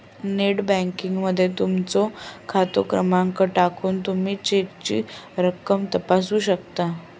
net banking मध्ये तुमचो खाते क्रमांक टाकून तुमी चेकची रक्कम तपासू शकता